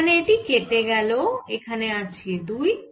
এখানে এটি কেটে গেল এখানে আছে 2